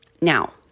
Now